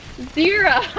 Zero